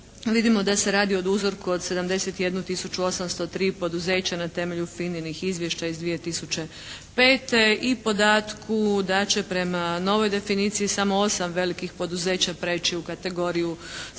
Vidimo da se radi o uzorku od 71 tisuću 803 poduzeća na temelju FINA-nih izvješća iz 2005. i podatku da će prema novoj definiciji samo 8 velikih poduzeća prijeći u kategoriju srednjih.